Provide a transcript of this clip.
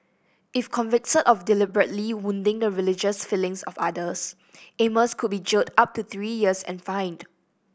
if convicted of deliberately wounding the religious feelings of others Amos could be jailed up to three years and fined